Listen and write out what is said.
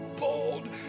bold